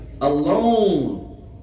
alone